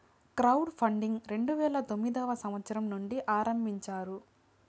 crowd funding రెండు వేల తొమ్మిదవ సంవచ్చరం నుండి ఆరంభించారు